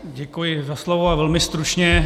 Děkuji za slovo a velmi stručně.